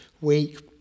week